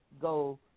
go